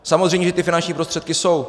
Samozřejmě, že ty finanční prostředky jsou.